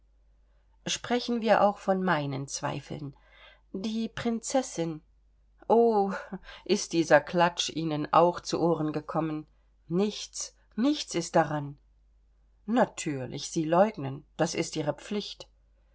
sprechen wir auch von meinen zweifeln die prinzessin o ist dieser klatsch ihnen auch zu ohren gekommen nichts nichts ist daran natürlich sie leugnen das ist ihre pflicht